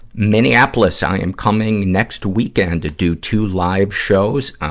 minneapolis, i am coming next weekend to do two live shows, ah,